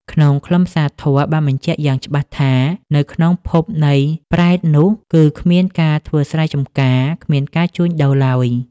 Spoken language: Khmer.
ក្នុងខ្លឹមសារធម៌បានបញ្ជាក់យ៉ាងច្បាស់ថា នៅក្នុងភពនៃប្រេតនោះ គឺគ្មានការធ្វើស្រែចម្ការ គ្មានការជួញដូរឡើយ។